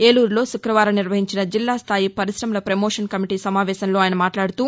ఏలూరులో శుక్రవారం నిర్వహించిన జిల్లా స్థాయి పర్కిశమల పమోషన్ కమిటి సమావేశంలో ఆయన మాట్లాడుతూ